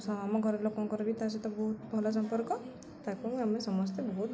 ଆମ ଘରିବ ଲୋକଙ୍କର ବି ତା' ସହିତ ବହୁତ ଭଲ ସମ୍ପର୍କ ତାକୁ ଆମେ ସମସ୍ତେ ବହୁତ